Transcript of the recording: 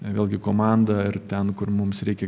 vėlgi komanda ir ten kur mums reikia